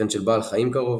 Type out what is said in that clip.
וכן של בעל חיים קרוב,